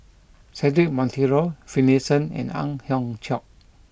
Cedric Monteiro Finlayson and Ang Hiong Chiok